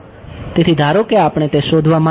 તેથી ધારો કે આપણે તે શોધવા માંગીએ છીએ